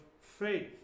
faith